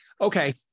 okay